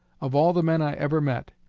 of all the men i ever met,